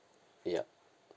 ya